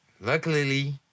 luckily